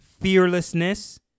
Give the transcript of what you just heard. fearlessness